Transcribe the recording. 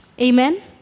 Amen